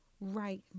right